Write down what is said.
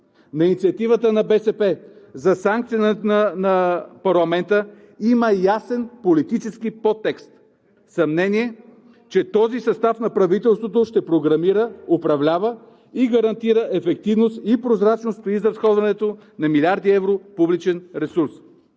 на инициатива на БСП за санкция на парламента има ясен политически подтекст – съмнение, че този състав на правителството ще програмира, управлява и гарантира ефективност и прозрачност при изразходването на милиарди евро публичен ресурс.